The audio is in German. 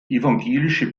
evangelische